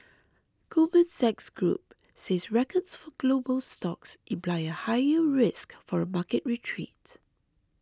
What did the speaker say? Goldman Sachs Group says records for global stocks imply a higher risk for a market retreat